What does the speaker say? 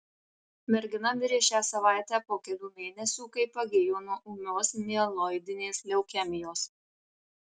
mergina mirė šią savaitę po kelių mėnesių kai pagijo nuo ūmios mieloidinės leukemijos